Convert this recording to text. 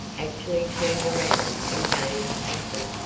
actually turned around and gazed at them.